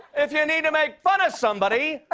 if you need to make fun of somebody,